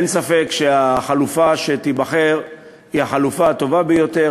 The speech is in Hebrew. אין ספק שהחלופה שתיבחר היא החלופה הטובה ביותר,